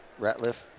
Ratliff